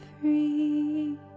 free